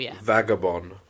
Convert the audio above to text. vagabond